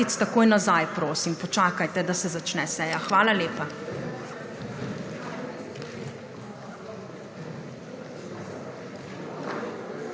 takoj nazaj, prosim počakajte, da se začne seja. Hvala lepa.